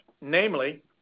namely